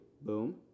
boom